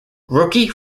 rookie